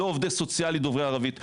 אין עובדים סוציאליים דוברי ערבית,